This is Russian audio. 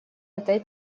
этой